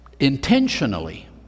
intentionally